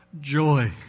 Joy